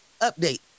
update